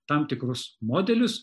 tam tikrus modelius